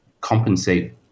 compensate